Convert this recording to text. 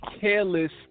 careless